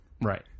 right